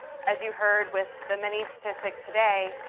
as you heard with the many statistics today,